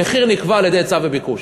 המחיר נקבע על-ידי היצע וביקוש,